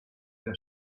der